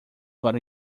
got